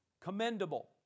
commendable